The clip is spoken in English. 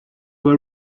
were